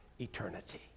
eternity